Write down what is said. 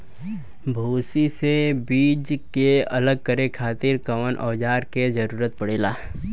भूसी से बीज के अलग करे खातिर कउना औजार क जरूरत पड़ेला?